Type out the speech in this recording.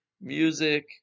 music